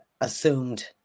assumed